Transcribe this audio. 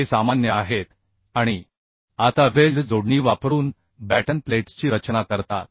हे सामान्य आहेत आणि आता वेल्ड जोडणी वापरून बॅटन प्लेट्सची रचना करतात